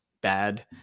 bad